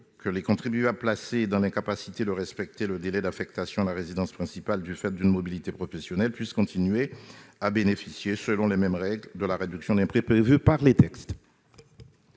aux contribuables placés dans l'incapacité de respecter le délai d'affectation à la résidence principale, du fait d'une mobilité professionnelle, de continuer à bénéficier, selon les mêmes règles, de la réduction d'impôt prévue par les textes.